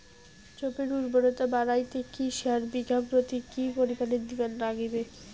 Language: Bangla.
জমির উর্বরতা বাড়াইতে কি সার বিঘা প্রতি কি পরিমাণে দিবার লাগবে?